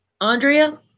Andrea